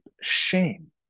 shame